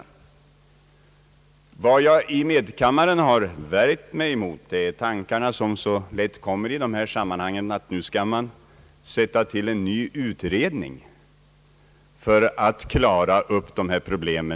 Vad jag i medkammaren har värjt mig mot är de tankar som så lätt kommer i detta sammanhang — att man nu skall sätta till en ny utredning för att klara upp dessa problem.